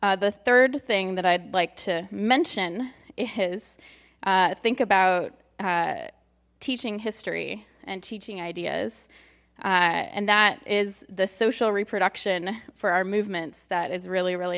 the third thing that i'd like to mention is think about teaching history and teaching ideas and that is the social reproduction for our movements that is really really